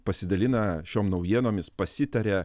pasidalina šiom naujienomis pasitaria